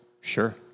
Sure